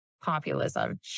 populism